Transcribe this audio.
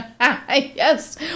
Yes